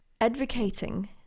advocating